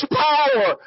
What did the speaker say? power